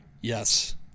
Yes